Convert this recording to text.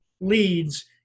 leads